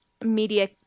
media